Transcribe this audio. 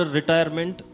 retirement